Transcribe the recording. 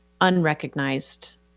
unrecognized